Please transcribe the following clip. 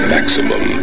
Maximum